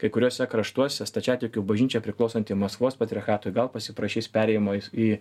kai kuriuose kraštuose stačiatikių bažnyčia priklausanti maskvos patriarchatui gal pasiprašys perėjimo į